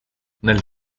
nel